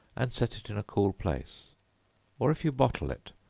and set it in a cool place or if you bottle it,